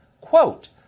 Quote